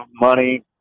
money